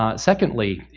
um secondly,